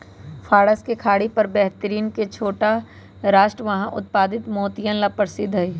फारस के खाड़ी पर बहरीन के छोटा राष्ट्र वहां उत्पादित मोतियन ला प्रसिद्ध हई